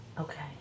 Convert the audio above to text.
Okay